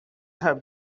her